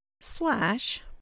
slash